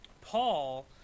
Paul